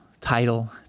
title